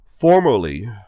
Formerly